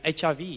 HIV